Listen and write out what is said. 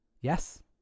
yes